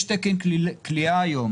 יש תקן כליאה היום.